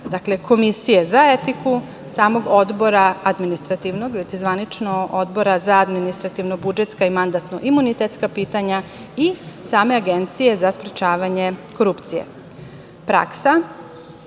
dakle, komisije za etiku, samog odbora administrativnog, zvanično Odbora za administrativno-budžetska i mandatno-imunitetska pitanja i same Agencije za sprečavanje korupcije. Praksa